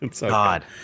God